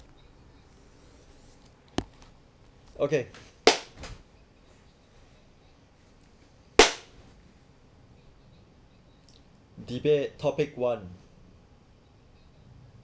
okay debate topic one